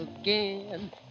again